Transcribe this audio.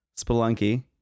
spelunky